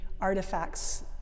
artifacts